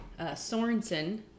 Sorensen